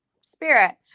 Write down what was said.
spirit